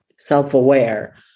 Self-aware